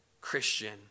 Christian